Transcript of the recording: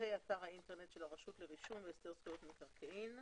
מקום הפרסום הוא אתר האינטרנט של הרשות לרישום והסדר זכויות במקרקעין.